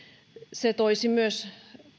se toisi myös